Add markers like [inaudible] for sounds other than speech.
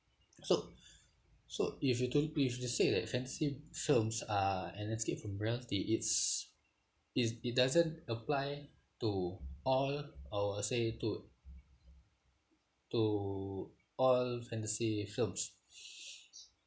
so [breath] so if you don't if you say that fantasy films are an escape from reality it's it it doesn't apply to all I will say to to all fantasy films [breath]